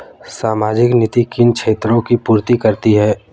सामाजिक नीति किन क्षेत्रों की पूर्ति करती है?